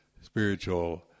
spiritual